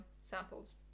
samples